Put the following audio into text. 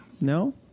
no